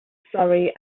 surrey